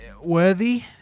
worthy